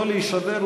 לא להישבר,